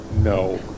No